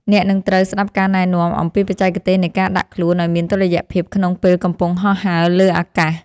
អ្នកនឹងត្រូវស្ដាប់ការណែនាំអំពីបច្ចេកទេសនៃការដាក់ខ្លួនឱ្យមានតុល្យភាពក្នុងពេលកំពុងហោះហើរលើអាកាស។